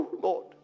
Lord